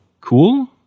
cool